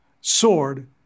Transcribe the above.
sword